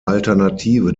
alternative